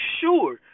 sure